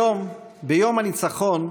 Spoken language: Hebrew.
היום, ביום הניצחון,